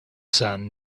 sand